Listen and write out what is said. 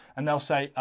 and they'll say,